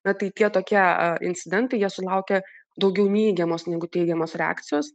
na tai tie tokie incidentai jie sulaukia daugiau neigiamos negu teigiamos reakcijos